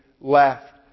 left